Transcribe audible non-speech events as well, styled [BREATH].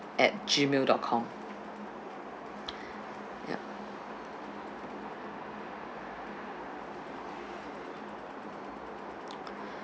at gmail dot com [BREATH] yup [BREATH]